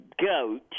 goat